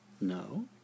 No